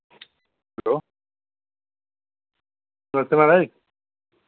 hello नमस्ते माराज